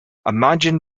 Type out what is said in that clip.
imagined